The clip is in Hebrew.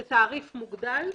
זה תעריף מוגדל.